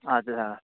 हजुर अँ